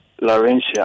Laurentia